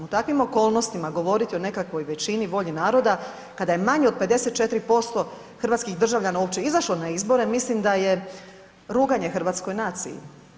U takvim okolnostima govoriti o nekakvoj većini, volji naroda kada je manje od 54% hrvatskih državljana uopće izašlo na izbore mislim da je ruganje hrvatskoj naciji.